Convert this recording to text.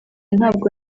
ntabwo